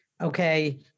okay